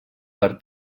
per